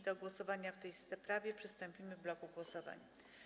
Do głosowania w tej sprawie przystąpimy w bloku głosowań.